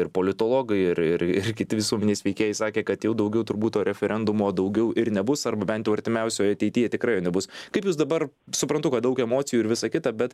ir politologai ir ir ir kiti visuomenės veikėjai sakė kad jau daugiau turbūt to referendumo daugiau ir nebus arba bent artimiausioje ateity tikrai jo nebus kaip jūs dabar suprantu kad daug emocijų ir visa kita bet